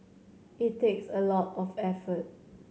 it takes a lot of effort